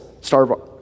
starve